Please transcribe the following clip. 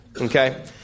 Okay